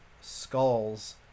skulls